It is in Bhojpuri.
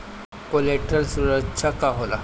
कोलेटरल सुरक्षा का होला?